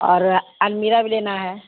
اور انمیرا بھی لینا ہے